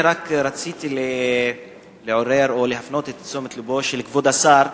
אני רק רציתי לעורר או להפנות את תשומת לבו של כבוד השר